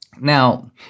now